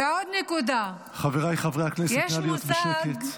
ועוד נקודה, חבריי חברי הכנסת, נא להיות בשקט.